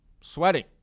sweating